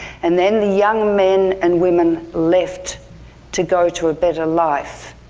and then the young men and women lift to go to a better life,